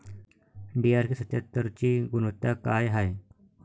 DRK सत्यात्तरची गुनवत्ता काय हाय?